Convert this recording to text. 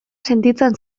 sentitzen